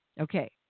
Okay